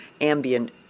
ambient